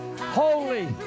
holy